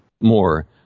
more